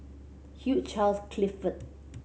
Hugh Charles Clifford